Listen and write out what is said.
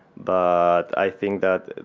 but i think that